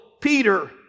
Peter